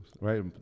right